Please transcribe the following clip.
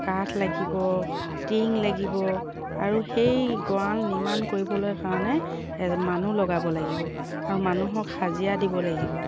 কাঠ লাগিব টিং লাগিব আৰু সেই গঁৰাল নিৰ্মাণ কৰিবলৈ কাৰণে মানুহ লগাব লাগিব আৰু মানুহক হাজিৰা দিব লাগিব